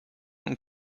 und